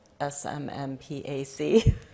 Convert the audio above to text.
S-M-M-P-A-C